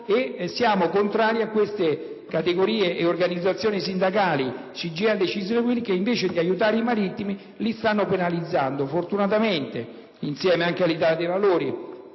altresì contrari a queste categorie e organizzazioni sindacali, quali la CGIL, la CISL e la UIL, che invece di aiutare i marittimi li stanno penalizzando. Fortunatamente, insieme anche all'Italia dei Valori